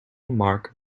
mark